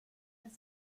das